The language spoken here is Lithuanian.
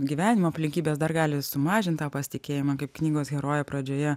gyvenimo aplinkybės dar gali sumažint tą pasitikėjimą kaip knygos herojė pradžioje